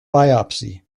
biopsy